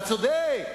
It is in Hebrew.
אתה צודק.